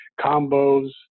combos